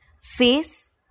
face